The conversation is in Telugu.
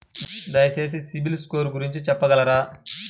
దయచేసి సిబిల్ స్కోర్ గురించి చెప్పగలరా?